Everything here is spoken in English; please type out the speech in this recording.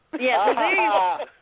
Yes